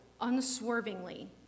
unswervingly